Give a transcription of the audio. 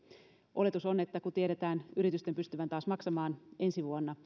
oletus on että kun tiedetään yritysten pystyvän taas maksamaan ensi vuonna